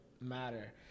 matter